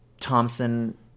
Thompson